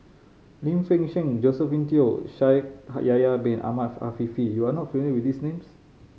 Lim Fei Shen Josephine Teo Shaikh Yahya Bin Ahmed Afifi you are not familiar with these names